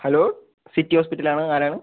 hello city ഹോസ്പിറ്റലാണ് ആരാണ്